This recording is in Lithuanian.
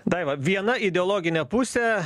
daiva viena ideologinė pusė